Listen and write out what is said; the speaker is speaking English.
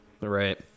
Right